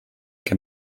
can